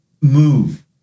move